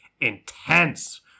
intense